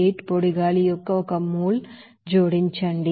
008 పొడి గాలి యొక్క ఒక మోల్ జోడించండి